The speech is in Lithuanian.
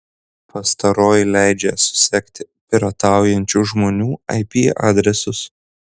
pastaroji leidžia susekti pirataujančių žmonių ip adresus